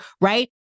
right